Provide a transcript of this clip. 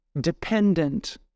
dependent